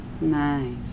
Nice